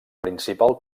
principal